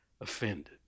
offended